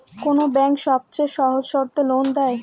কোন ব্যাংক সবচেয়ে সহজ শর্তে লোন দেয়?